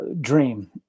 dream